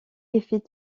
effets